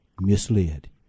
Misled